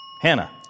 Hannah